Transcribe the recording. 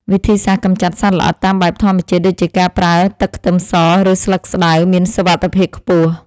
វិធីសាស្ត្រកម្ចាត់សត្វល្អិតតាមបែបធម្មជាតិដូចជាការប្រើទឹកខ្ទឹមស ឬស្លឹកស្តៅមានសុវត្ថិភាពខ្ពស់។